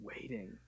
waiting